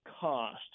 cost